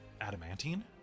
adamantine